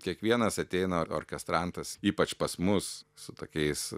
kiekvienas ateina orkestrantas ypač pas mus su tokiais